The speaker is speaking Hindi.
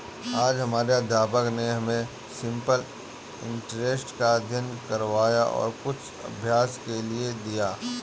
आज हमारे अध्यापक ने हमें सिंपल इंटरेस्ट का अभ्यास करवाया और कुछ अभ्यास के लिए दिया